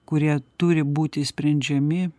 kurie turi būti sprendžiami